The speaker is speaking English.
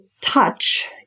touch